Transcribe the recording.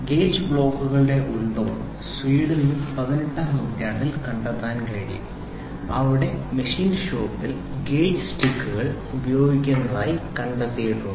gauge ബ്ലോക്കുകളുടെ ഉത്ഭവം സ്വീഡനിൽ പതിനെട്ടാം നൂറ്റാണ്ടിൽ കണ്ടെത്താൻ കഴിയും അവിടെ മെഷീൻ ഷോപ്പിൽ ഗേജ് സ്റ്റിക്കുകൾ ഉപയോഗിക്കുന്നതായി കണ്ടെത്തിയിട്ടുണ്ട്